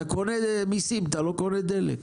אתה קונה מסים, אתה לא קונה דלק.